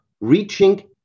reaching